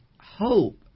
hope